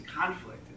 conflict